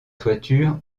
toiture